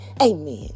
Amen